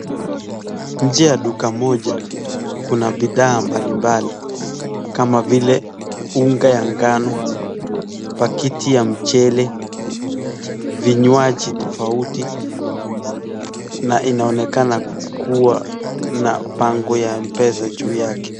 Nje ya duka moja kuna bidhaa mbalimbali kama vile unga ya ngano, pakiti ya mchele, vinywaji tofauti. Na inaonekana kuwa na bango ya M-pesa juu yake.